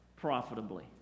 profitably